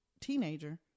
teenager